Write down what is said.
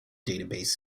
database